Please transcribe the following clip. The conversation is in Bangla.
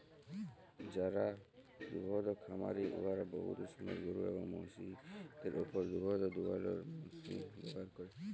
যারা দুহুদ খামারি উয়ারা বহুত সময় গরু এবং মহিষদের উপর দুহুদ দুয়ালোর মেশিল ব্যাভার ক্যরে